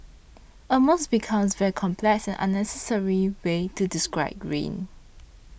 almost becomes very complex and unnecessary way to describe rain